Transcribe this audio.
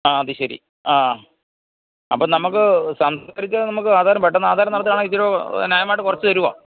ആ അതുശരി ആ അപ്പം നമുക്ക് നമുക്ക് ആധാരം പെട്ടെന്ന് ആധാരം നടത്തുകയാണെങ്കില് ഇത്തിരിയൊരു ന്യായമായിട്ട് കുറച്ചുതരുമോ